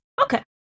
Okay